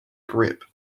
grip